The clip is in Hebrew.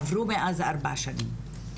עברו מאז ארבע שנים.